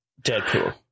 Deadpool